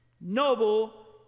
noble